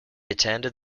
attended